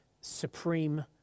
supreme